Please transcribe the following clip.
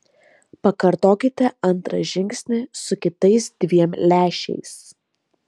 pakartokite antrą žingsnį su kitais dviem lęšiais